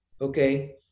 okay